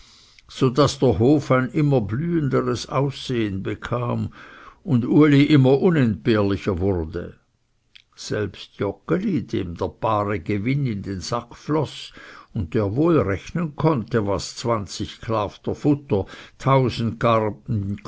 so daß der hof ein immer blühenderes aussehen bekam und uli immer unentbehrlicher wurde selbst joggeli dem der bare gewinn in den sack floß und der wohl rechnen konnte was zwanzig klafter futter tausend garben